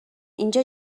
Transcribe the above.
اینجا